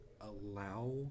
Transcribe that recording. allow